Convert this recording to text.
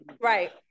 Right